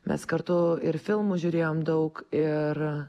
mes kartu ir filmų žiūrėjom daug ir